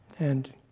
and